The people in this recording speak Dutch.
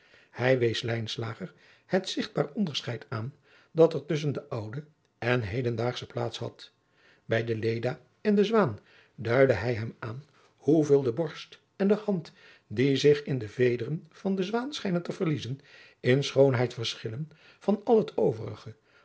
hij wees lijnslager het zigtbaar onderscheid aan dat er tusschen de oude en hedendaagsche plaats had bij de leda en de zwaan duidde hij hem aan hoeveel de borst en de hand die zich in de vederen van de zwaan schijnen te verliezen in schoonheid verschillen van al het overige